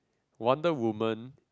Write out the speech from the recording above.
wonder women